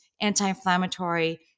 anti-inflammatory